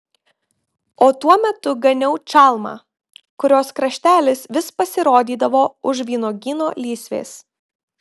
o tuo metu ganiau čalmą kurios kraštelis vis pasirodydavo už vynuogyno lysvės